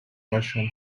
fashion